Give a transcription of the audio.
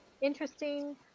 interesting